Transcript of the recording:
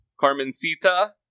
Carmencita